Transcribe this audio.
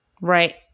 Right